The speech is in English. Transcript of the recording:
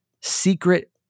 secret